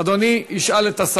אדוני ישאל את השר.